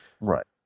Right